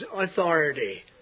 authority